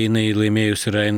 jinai laimėjus yra